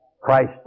Christ